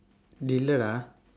delay lah